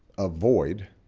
avoid